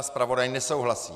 Zpravodaj nesouhlasí.